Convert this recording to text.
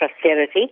prosperity